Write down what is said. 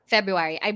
February